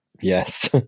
yes